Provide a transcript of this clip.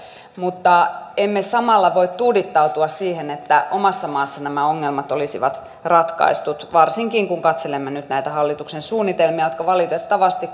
mutta emme samalla voi tuudittautua siihen että omassa maassa nämä ongelmat olisivat ratkaistut varsinkin kun katselemme nyt näitä hallituksen suunnitelmia jotka valitettavasti